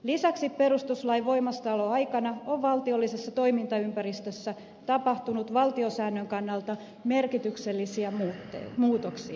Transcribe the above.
lisäksi perustuslain voimassaoloaikana on valtiollisessa toimintaympäristössä tapahtunut valtiosäännön kannalta merkityksellisiä muutoksia